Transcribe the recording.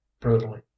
brutally